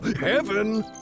Heaven